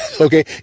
Okay